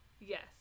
Yes